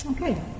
Okay